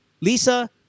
Lisa